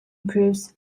proofs